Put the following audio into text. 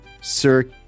Sir